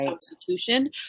substitution